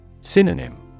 Synonym